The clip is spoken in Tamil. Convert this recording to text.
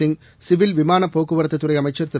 சிங் சிவில் விமானப் போக்குவரத்துத்துறைஅமைச்சர் திரு